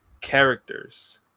characters